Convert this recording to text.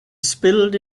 spilled